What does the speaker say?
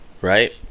right